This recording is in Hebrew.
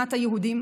במדינת היהודים?